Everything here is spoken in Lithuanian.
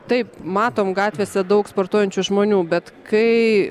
taip matom gatvėse daug sportuojančių žmonių bet kai